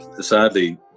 Sadly